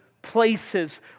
Places